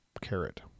carrot